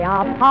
up